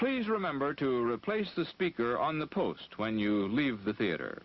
please remember to replace the speaker on the post when you leave the theater